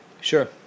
Sure